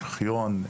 ארכיון,